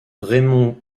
raimond